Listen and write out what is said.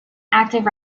active